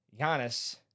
Giannis